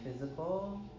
physical